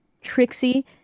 Trixie